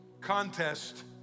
contest